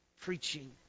preaching